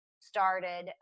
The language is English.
started